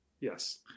Yes